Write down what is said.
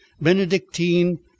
Benedictine